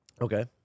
Okay